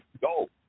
go